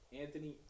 Anthony